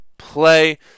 play